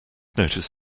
notice